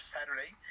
Saturday